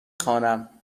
خوانم